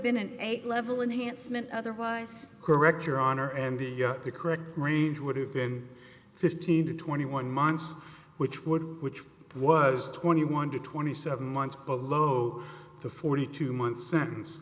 been an eight level unhandsome an otherwise correct your honor and the correct range would have been fifteen to twenty one months which would which was twenty one to twenty seven months but low to forty two month sentence